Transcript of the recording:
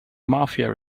mafia